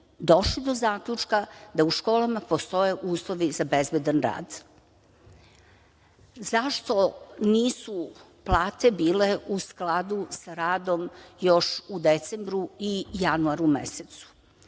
došlo je do zaključka da u školama postoje uslovi za bezbedan rad.Zašto nisu plate bile u skladu sa radom još u decembru i januaru mesecu?